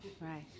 Right